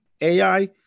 AI